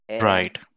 right